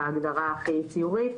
בהגדרה הכי ציורית,